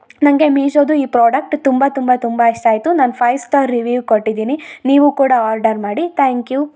ನಂಗೆ ಮೀಶೊದು ಈ ಪ್ರಾಡಕ್ಟ್ ತುಂಬ ತುಂಬ ತುಂಬ ಇಷ್ಟ ಆಯಿತು ನಾನು ಫೈವ್ ಸ್ಟಾರ್ ರಿವ್ಯೂವ್ ಕೊಟ್ಟಿದೀನಿ ನೀವು ಕೂಡ ಆರ್ಡರ್ ಮಾಡಿ ತ್ಯಾಂಕ್ ಯು